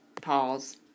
Pause